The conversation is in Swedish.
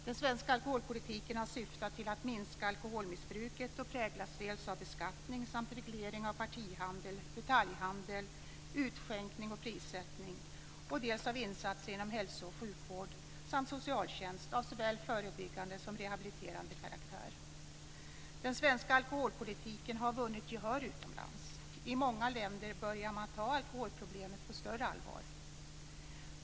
Den svenska alkoholpolitiken har syftat till att minska alkoholmissbruket och präglats dels av beskattning samt reglering av partihandel, detaljhandel, utskänkning och prissättning, dels av insatser inom hälsooch sjukvård samt socialtjänst av såväl förebyggande som rehabiliterande karaktär. Den svenska alkoholpolitiken har vunnit gehör utomlands. I många länder börjar man ta alkoholproblemet på större allvar.